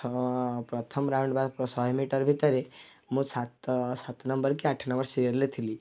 ପ୍ରଥମ ପ୍ରଥମ ରାଉଣ୍ଡ ବା ଶହେ ମିଟର ଭିତରେ ମୁଁ ସାତ ସାତ ନମ୍ବର୍ କି ଆଠ ନମ୍ବର୍ ସିରିଏଲ୍ରେ ଥିଲି